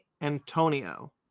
Antonio